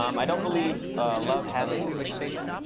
um i don't believe love has a switch statement.